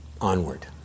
Onward